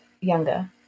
younger